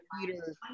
Peter